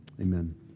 Amen